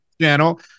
Channel